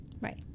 right